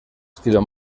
estilo